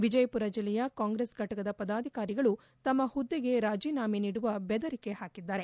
ವಿಜಯಪುರ ಜಿಲ್ಲೆಯ ಕಾಂಗ್ರೆಸ್ ಫಟಕದ ಪದಾಧಿಕಾರಿಗಳೂ ತಮ್ನ ಹುದ್ಲೆಗೆ ರಾಜೀನಾಮೆ ನೀಡುವ ಬೆದರಿಕೆ ಹಾಕಿದ್ದಾರೆ